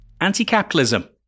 anti-capitalism